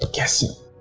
yes sir.